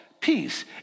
Peace